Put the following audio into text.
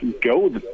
go